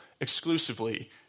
exclusively